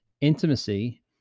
intimacy